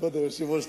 כבוד היושב-ראש,